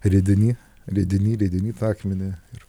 rideni rideni rideni tą akmenį ir